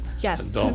Yes